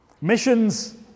Missions